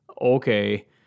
okay